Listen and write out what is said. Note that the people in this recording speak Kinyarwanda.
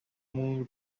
mungu